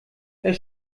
herr